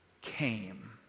came